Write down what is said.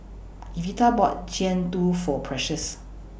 Evita bought Jian Dui For Precious